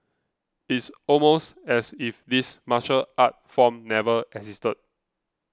it's almost as if this martial art form never existed